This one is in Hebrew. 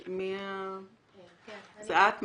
מה שמך?